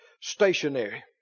stationary